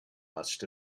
must